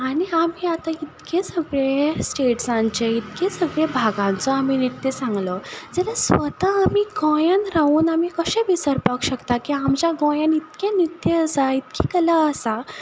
आनी आमी आतां इतकें सगळे स्टेट्सांचे इतके सगले भागांचो आमी नृत्य सांगलो जाल्या स्वता आमी गोंयान रावून आमी कशे विसरपाक शकता की आमच्या गोंयान इतके नृत्य आसा इतकी कला आसा